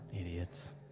Idiots